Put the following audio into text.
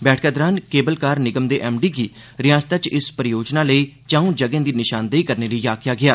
बैठक दरान cable car निगम दे एमडी गी रिआसता च इस परियोजना लेई चऊं थाह्रें दी नशानदेही करने लेई आक्खेआ गेआ